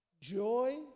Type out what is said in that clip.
joy